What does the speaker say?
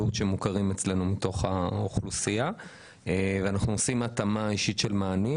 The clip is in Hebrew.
בסנכרון איתנו --- אז אנחנו עכשיו נארגן לך פניות שהגיעו אלינו.